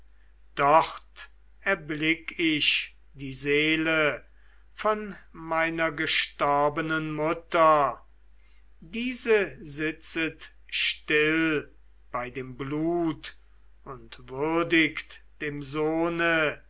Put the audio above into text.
dort erblick ich die seele von meiner gestorbenen mutter diese sitzet still bei dem blut und würdigt dem sohne